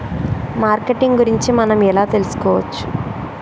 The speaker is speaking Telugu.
మార్కెటింగ్ గురించి మనం ఎలా తెలుసుకోవచ్చు?